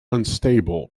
unstable